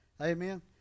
Amen